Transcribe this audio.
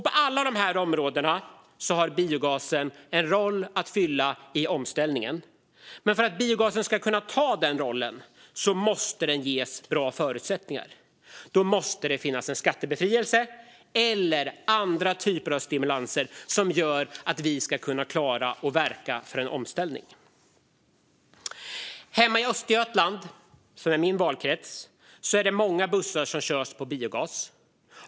På alla dessa områden har biogasen en roll att fylla i omställningen, men för att biogasen ska kunna ta den rollen måste den ges bra förutsättningar. Det måste finnas en skattebefrielse eller andra typer av stimulanser som gör att vi klarar av att verka för en omställning. Hemma i Östergötland - min valkrets - körs många bussar med biogas.